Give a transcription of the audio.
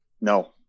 No